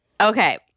okay